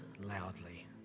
loudly